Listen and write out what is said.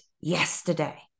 yesterday